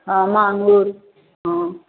हँ माङ्गुर हँ